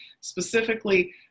specifically